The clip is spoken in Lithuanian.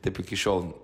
taip iki šiol